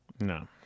no